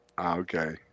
Okay